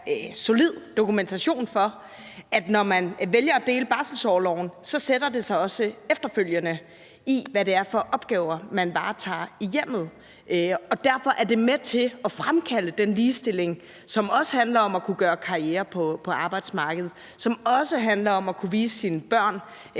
solid dokumentation for, at når man vælger at dele barselsorloven, sætter det sig også efterfølgende i, hvad det er for opgaver, man varetager i hjemmet, og derfor er det med til at fremkalde den ligestilling, som også handler om at kunne gøre karriere på arbejdsmarkedet, og som også handler om at kunne vise sine børn,